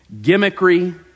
Gimmickry